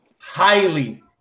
highly